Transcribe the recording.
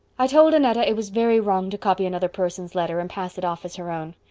i told annetta it was very wrong to copy another person's letter and pass it off as her own.